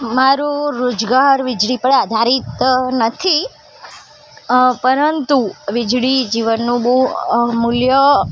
મારું રોજગાર વીજળી પર આધારિત નથી અ પરંતુ વીજળી જીવનનું બહુ અ મૂલ્ય